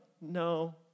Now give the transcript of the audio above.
no